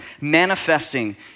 manifesting